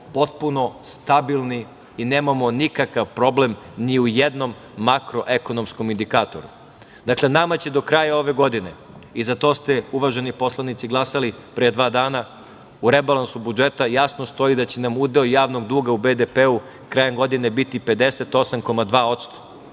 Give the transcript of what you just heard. potpuno stabilni i nemamo nikakav problem ni u jednom makroekonomskom indikatoru. Dakle, nama će do kraja ove godine, i za to ste, uvaženi poslanici glasali pre dva dana, u rebalansu budžeta jasno stoji da će nam udeo javnog duga u BDP krajem godine biti 58,2%,